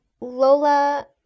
Lola